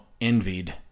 envied